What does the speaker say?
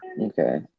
Okay